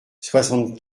soixante